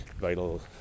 vital